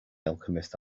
alchemist